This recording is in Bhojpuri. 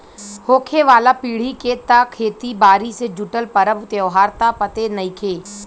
होखे वाला पीढ़ी के त खेती बारी से जुटल परब त्योहार त पते नएखे